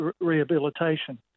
rehabilitation